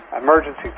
emergency